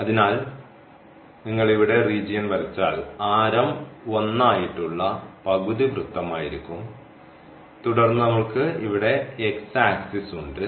അതിനാൽ നിങ്ങൾ ഇവിടെ റീജിയൻ വരച്ചാൽ ആരം 1 ആയിട്ടുള്ള പകുതി വൃത്തമായിരിക്കും തുടർന്ന് ഞങ്ങൾക്ക് ഇവിടെ x ആക്സിസ് ഉണ്ട്